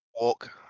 Walk